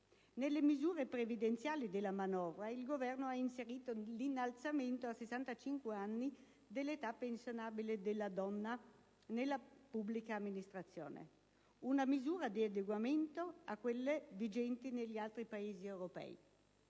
Nelle misure previdenziali della manovra il Governo ha inserito l'innalzamento a 65 anni dell'età pensionabile delle donne nella pubblica amministrazione. Una misura di adeguamento a quelle vigenti negli altri Paesi europei,